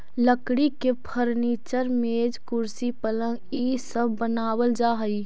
लकड़ी के फर्नीचर, मेज, कुर्सी, पलंग इ सब बनावल जा हई